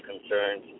concerns